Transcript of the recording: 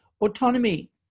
Autonomy